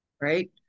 right